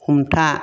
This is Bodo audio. हमथा